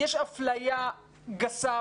יש אפליה גסה,